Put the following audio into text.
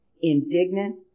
indignant